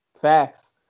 Facts